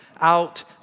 out